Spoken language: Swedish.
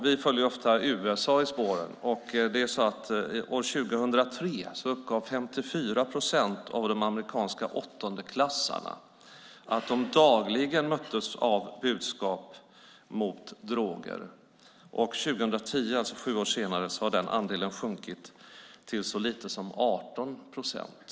Vi följer ofta USA i spåren, och 2003 uppgav 54 procent av de amerikanska åttondeklassarna att de dagligen möttes av budskap mot droger. År 2010, sju år senare, har den andelen sjunkit till så lite som 18 procent.